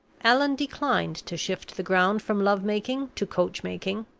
allan declined to shift the ground from love-making to coach-making.